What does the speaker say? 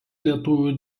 lietuvių